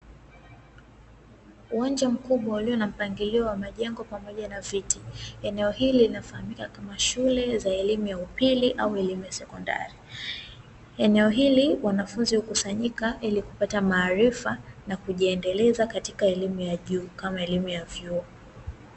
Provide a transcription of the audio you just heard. Uwanja mkubwa ulio na mpangilio wa majengo pamoja na viti, eneo hili linafahamika kama shule za elimu ya upili au elimu ya sekondari. Eneo hili wanafunzi hukusanyika ili kupata maarifa na kujiendeleza katika elimu ya juu, kama elimu ya vyuo.